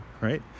right